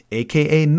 aka